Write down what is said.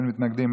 אין מתנגדים,